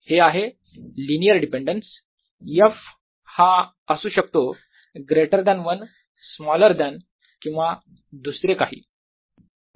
हे आहे linear dependence f हा असू शकतो ग्रेटर दॅन 1 स्मॉलर दॅन किंवा दुसरे काही